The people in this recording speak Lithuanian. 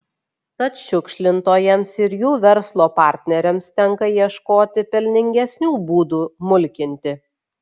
tad šiukšlintojams ir jų verslo partneriams tenka ieškoti pelningesnių būdų mulkinti